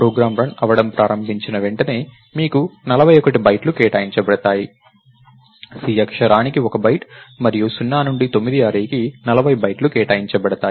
programme run అవ్వడం ప్రారంభించిన వెంటనే మీకు 41 బైట్లు కేటాయించబడతాయి c అక్షరానికి 1 బైట్ మరియు 0 నుండి 9 అర్రేకి 40 బైట్లు కేటాయించబడతాయి